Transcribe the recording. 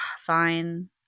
fine